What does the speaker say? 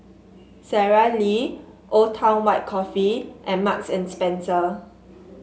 Sara Lee Old Town White Coffee and Marks and Spencer